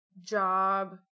job